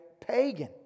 pagan